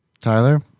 Tyler